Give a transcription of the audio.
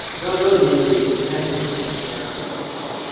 those are the three big, mexico, central america, venezuela.